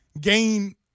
gain